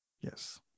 Yes